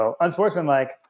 unsportsmanlike